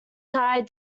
tied